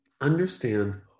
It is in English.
understand